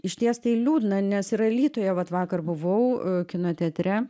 išties tai liūdna nes ir alytuje vat vakar buvau kino teatre